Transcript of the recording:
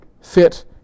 fit